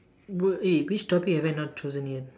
wait eh which topic have I not chosen yet